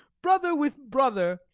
brother with brother,